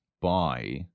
buy –